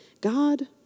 God